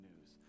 news